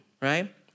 right